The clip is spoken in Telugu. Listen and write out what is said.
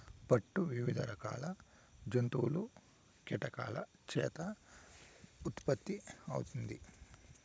పట్టు వివిధ రకాల జంతువులు, కీటకాల చేత ఉత్పత్తి అవుతుంది